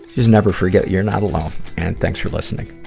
just never forget, you're not alone, and thanks for listening.